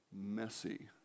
messy